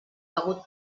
begut